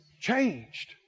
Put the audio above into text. Changed